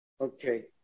okay